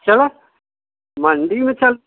चला मंडी में चल